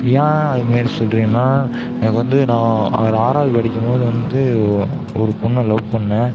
ஏன் அதுமாரி சொல்கிறேன்னா எனக்கு வந்து நான் ஒரு ஆறாவது படிக்கும்போது வந்து ஒரு பொண்ணை லவ் பண்ணேன்